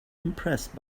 impressed